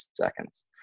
seconds